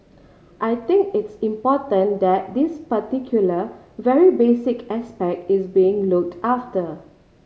I think it's important that this particular very basic aspect is being looked after